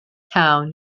town